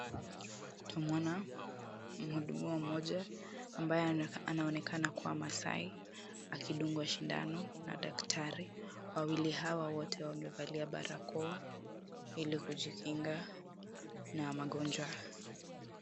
Tuamuona mhudumiwa mmoja ambaye anaonekana kuwa masai akidungwa sindano na daktari. Wawili hawa wote wamevalia barakoa ili kujikinga na magonjwa.